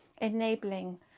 enabling